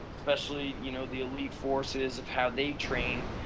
especially you know the elite forces of how they train.